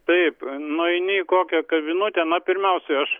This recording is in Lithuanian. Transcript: taip nueini į kokią kavinutę na pirmiausiai aš